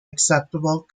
acceptable